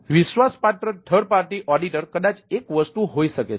વિશ્વાસપાત્ર third party auditor કદાચ એક વસ્તુ હોઈ શકે છે